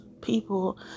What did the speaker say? people